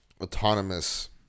autonomous